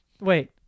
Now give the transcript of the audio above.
Wait